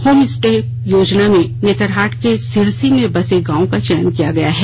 home stay योजना में नेतरहाट के सिरसी में बसे गांव का चयन किया गया है